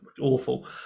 awful